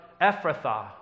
Ephrathah